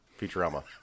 Futurama